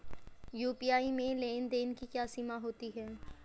UPI में लेन देन की क्या सीमा होती है?